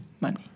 money